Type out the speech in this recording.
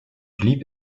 blieb